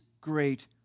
great